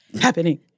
happening